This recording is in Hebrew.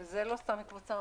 זה לא סתם קבוצה.